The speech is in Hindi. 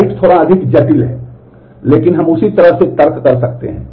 राइट थोड़ा अधिक जटिल है लेकिन हम उसी तरह से तर्क कर सकते हैं